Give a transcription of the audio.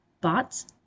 bots